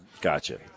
gotcha